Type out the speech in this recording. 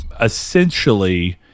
Essentially